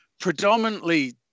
predominantly